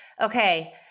Okay